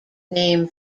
name